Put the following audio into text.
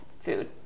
food